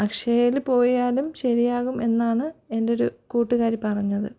അക്ഷയയിൽ പോയാലും ശരിയാകും എന്നാണ് എൻറ്റൊരു കൂട്ടുകാരി പറഞ്ഞത്